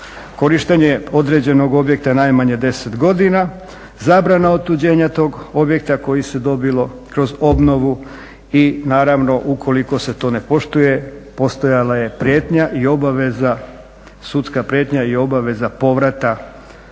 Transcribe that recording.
korištenje određenog objekta najmanje 10 godina, zabrana otuđenja tog objekta koji se dobilo kroz obnovu i naravno ukoliko se to ne poštuje postojala je prijetnja i obaveza, sudska